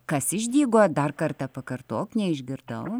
kas išdygo dar kartą pakartok neišgirdau